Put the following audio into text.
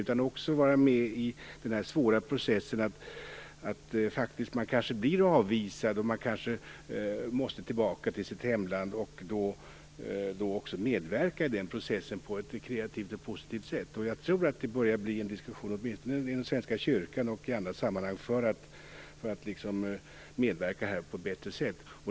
De borde också vara med i den svåra processen när människor avvisas och måste tillbaka till sina hemländer. Frivilligorganisationerna kunde medverka i den processen på ett kreativt och positivt sätt. Jag tror att det har tagits upp en diskussion, i varje fall inom Svenska kyrkan, för att man skall kunna medverka på ett bättre sätt.